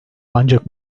ancak